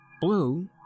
blue